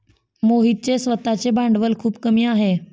मोहितचे स्वतःचे भांडवल खूप कमी आहे